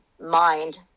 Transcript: mind